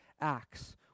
acts